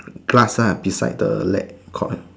class ah beside the leg court